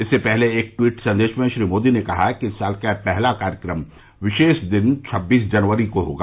इससे पहले एक ट्वीट संदेश में श्री मोदी ने कहा कि इस साल का पहला कार्यक्रम विशेष दिन छब्बीस जनवरी को होगा